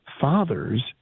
fathers